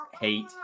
hate